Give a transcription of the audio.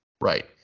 Right